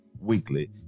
weekly